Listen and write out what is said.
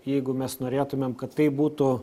jeigu mes norėtumėm kad tai būtų